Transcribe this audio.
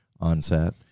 onset